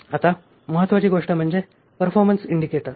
आता महत्त्वाची गोष्ट म्हणजे परफॉर्मन्स इंडिकेटर